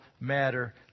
matter